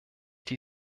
die